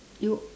you